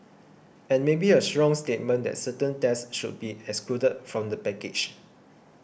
and maybe a strong statement that certain tests should be excluded from the package